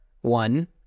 one